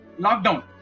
lockdown